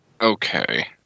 Okay